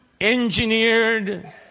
engineered